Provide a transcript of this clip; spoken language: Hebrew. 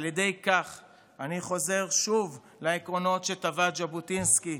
על ידי כך אני חוזר שוב לעקרונות שטבע ז'בוטינסקי,